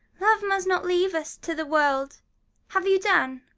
love must not leave us to the world have you done?